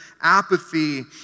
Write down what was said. apathy